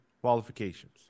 qualifications